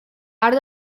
arc